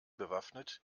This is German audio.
bewaffnet